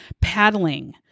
paddling